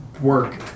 work